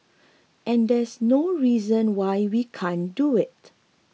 and there's no reason why we can't do it